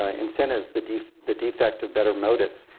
ah incentives, the defect the defect of better motives.